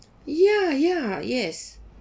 ya ya yes